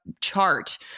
chart